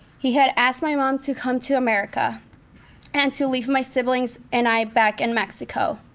he had asked my mom to come to america and to leave my siblings and i back in mexico.